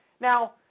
Now